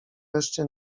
wreszcie